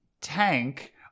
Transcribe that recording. tank